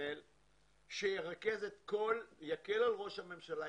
מתכלל שירכז את כול יקל על ראש הממשלה,